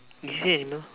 did you say animal